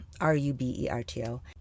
R-U-B-E-R-T-O